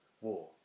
war